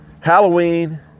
Halloween